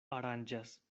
aranĝas